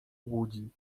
łudzi